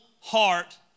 heart